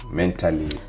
mentally